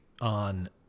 on